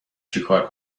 چیکار